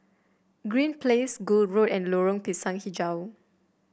Green Place Gul Road and Lorong Pisang hijau